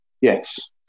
Yes